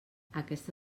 aquesta